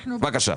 בבקשה.